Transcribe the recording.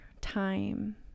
time